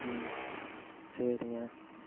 ம் சரிங்க